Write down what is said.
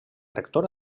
rector